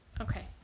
okay